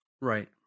right